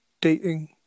dating